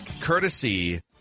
courtesy